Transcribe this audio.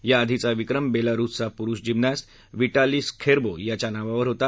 याआधीचा विक्रम बेलारूसचा पुरुष जिमनॅस्ट विटाली स्खेबों याच्या नावावर होता